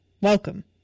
Welcome